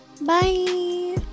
Bye